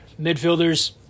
Midfielders